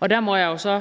Og der må jeg jo så